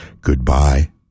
Goodbye